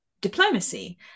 diplomacy